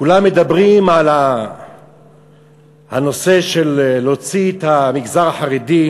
כולם מדברים על להוציא את המגזר החרדי,